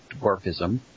dwarfism